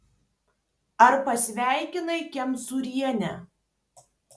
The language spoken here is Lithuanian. ar pasveikinai kemzūrienę